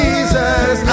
Jesus